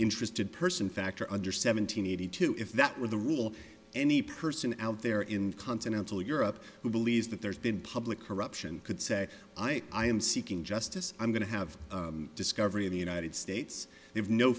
interested person factor under seven hundred eighty two if that were the rule any person out there in continental europe who believes that there's been public corruption could say i am seeking justice i'm going to have discovery of the united states